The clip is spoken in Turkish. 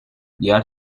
diğer